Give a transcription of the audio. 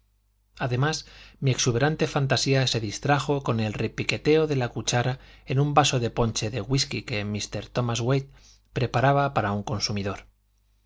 además mi exuberante fantasía se distrajo con el repiqueteo de la cuchara en un vaso de ponche de whisky que mr thomas waite preparaba para un consumidor